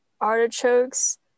artichokes